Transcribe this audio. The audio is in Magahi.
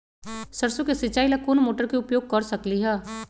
सरसों के सिचाई ला कोंन मोटर के उपयोग कर सकली ह?